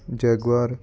jaguar